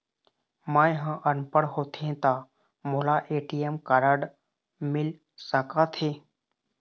मैं ह अनपढ़ होथे ता मोला ए.टी.एम कारड मिल सका थे?